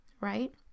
right